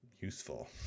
useful